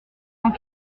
cent